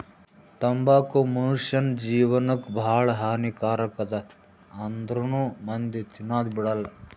ತಂಬಾಕು ಮುನುಷ್ಯನ್ ಜೇವನಕ್ ಭಾಳ ಹಾನಿ ಕಾರಕ್ ಅದಾ ಆಂದ್ರುನೂ ಮಂದಿ ತಿನದ್ ಬಿಡಲ್ಲ